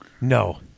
No